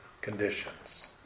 conditions